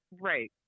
Right